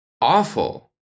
awful